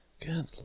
Good